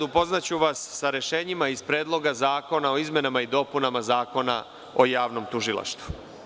Upoznaću vas sa rešenjima iz Predloga zakona o izmenama i dopunama Zakona o javnom tužilaštvu.